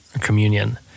communion